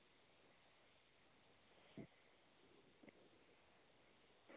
अरे यह तो कहेंगे नहीं फ्री में दे दो फ्री में नहीं लेना है लेकिन उचित रेट लगाइए ना मैडम